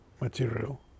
material